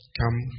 come